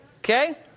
okay